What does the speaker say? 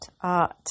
Art